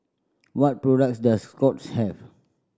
what products does Scott's have